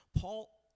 Paul